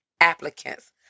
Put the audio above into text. applicants